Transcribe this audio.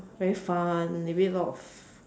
very fun maybe a lot of